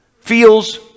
feels